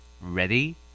Ready